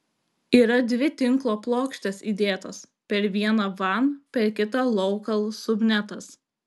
yra dvi tinklo plokštes įdėtos per vieną wan per kitą lokal subnetas